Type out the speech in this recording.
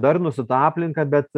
darnūs su ta aplinka bet